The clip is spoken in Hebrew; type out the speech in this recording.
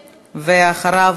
אחריו,